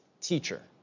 teacher